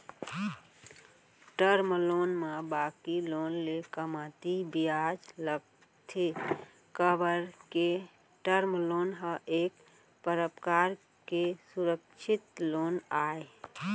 term loan म बाकी loan ले कमती बियाज लगथे काबर के टर्म लोन ह एक परकार के सुरक्छित लोन आय